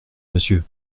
monsieur